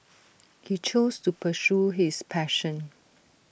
he chose to pursue his passion